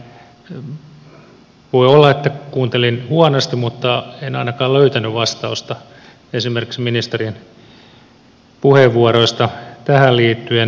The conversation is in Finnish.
voi olla että kuuntelin huonosti mutta en ainakaan löytänyt vastausta esimerkiksi ministerien puheenvuoroista tähän liittyen